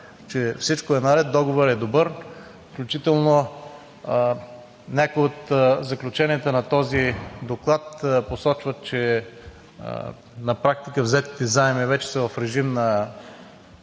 че всичко е наред, договорът е добър, включително някои от заключенията на този доклад посочват, че на практика взетите заеми вече са в режим на